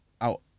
out